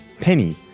Penny